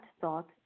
thought